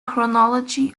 chronology